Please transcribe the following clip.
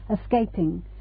escaping